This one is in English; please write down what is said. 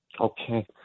Okay